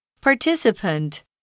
participant